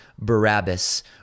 Barabbas